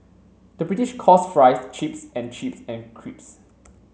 the British calls fries chips and chips and crisps